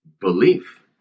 belief